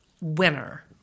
Winner